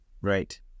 right